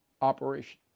operation